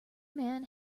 man